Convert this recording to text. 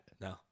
No